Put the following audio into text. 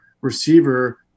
receiver